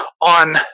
on